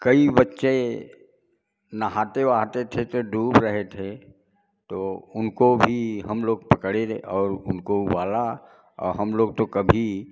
कई बच्चे नहाते वहाते थे तो डूब रहे थे तो उनको भी हम लोग पकड़े रहे और उनको उबाला हम लोग तो कभी